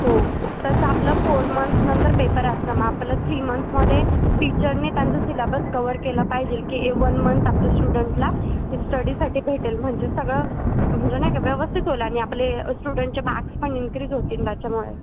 हो तसं आपलं फोर मंथ्सनंतर पेपर असतं मग आपलं थ्री मंथ्समध्ये टीचरनी त्यांचं सिलॅबस कव्हर केलं पाहिजेल की हे वन मंथ आपलं स्टुडंटला स्टडीसाठी भेटेल म्हणजे सगळं म्हणजे नाही का व्यवस्थित होईल आणि आपले स्टुडंटचे मार्क्स पण इन्क्रीज होतील त्याच्यामुळे